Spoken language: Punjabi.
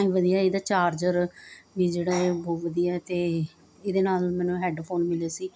ਵਧੀਆ ਇਹਦਾ ਚਾਰਜਰ ਵੀ ਜਿਹੜਾ ਹੈ ਬਹੁਤ ਵਧੀਆ ਅਤੇ ਇਹਦੇ ਨਾਲ ਮੈਨੂੰ ਹੈਡਫੋਨ ਮਿਲੇ ਸੀ